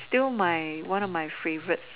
is still my one of my favourites